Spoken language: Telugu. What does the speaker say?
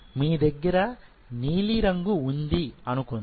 మీ దగ్గర నీలిరంగు ఉంది అనుకుందాం